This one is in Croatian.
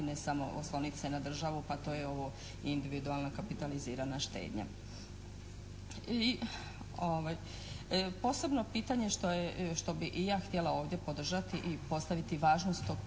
ne samo oslonit se na državu pa je to individualno kapitalizirana štednja. I posebno pitanje što bi i ja htjela ovdje podržati i postaviti važnost tog